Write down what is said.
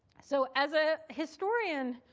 so as a historian,